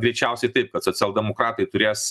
greičiausiai taip kad socialdemokratai turės